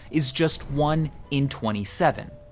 is just one in twenty seven.